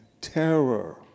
terror